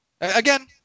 Again